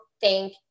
thank